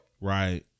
right